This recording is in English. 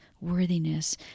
worthiness